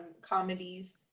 comedies